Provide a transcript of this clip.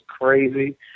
crazy